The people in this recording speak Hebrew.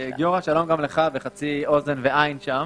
גיורא, שלום גם לך, בחצי אוזן ועין שם.